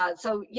ah so, yeah